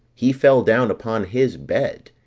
he fell down upon his bed,